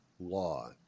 law